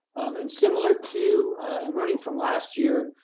and similar to, and learning from last year,